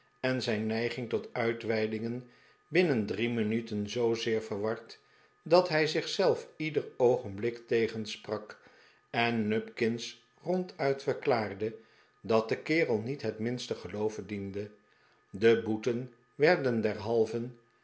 en zijn neiging tot uitweidingen binnen drie minuten zoozeer verward dat hij zich zelf ieder oogenblik tegensprak en nupkins ronduit verklaarde dat de kerel niet het minste geloof verdiende de boeten werden derhalve